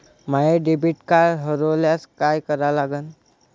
माय debit card हरोल्यास काय करा लागन?